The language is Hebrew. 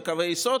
בקווי היסוד.